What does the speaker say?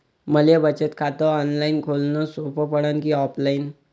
मले बचत खात ऑनलाईन खोलन सोपं पडन की ऑफलाईन?